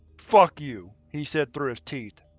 fuck you, he said through his teeth.